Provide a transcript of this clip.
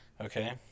Okay